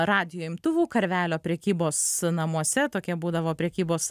radijo imtuvų karvelio prekybos namuose tokie būdavo prekybos